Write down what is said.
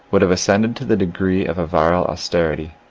would have ascended to the degree of a virile austerity.